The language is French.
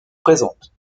présentes